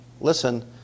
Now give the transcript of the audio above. Listen